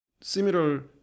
similar